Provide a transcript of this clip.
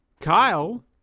Kyle